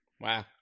Wow